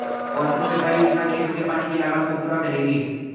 कौन सी सरकारी योजना खेतों के पानी की लागत को पूरा करेगी?